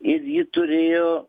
ir ji turėjo